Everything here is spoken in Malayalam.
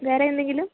വേറെയെന്തെങ്കിലും